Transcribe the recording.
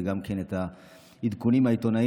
וגם כן את העדכונים העיתונאיים.